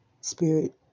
Spirit